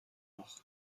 noch